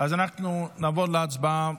אם כן, אנחנו נעבור להצבעה,